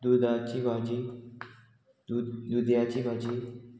दुदाची भाजी दूद दुदयाची भाजी